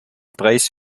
preis